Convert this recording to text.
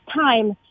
time